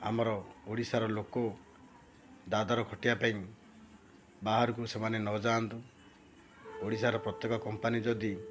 ଆମର ଓଡ଼ିଶାର ଲୋକ ଦାଦନ ଖଟିବା ପାଇଁ ବାହାରକୁ ସେମାନେ ନ ଯାଆନ୍ତୁ ଓଡ଼ିଶାର ପ୍ରତ୍ୟେକ କମ୍ପାନୀ ଯଦି